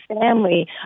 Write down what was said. family